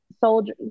soldier